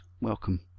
Welcome